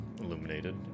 illuminated